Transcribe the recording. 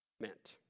meant